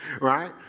right